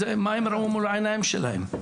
מה הם ראו מול העיניים שלהם,